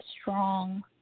strong